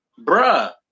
bruh